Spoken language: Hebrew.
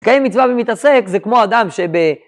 קיים מצווה ומתעסק זה כמו אדם שב...